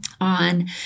on